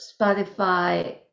spotify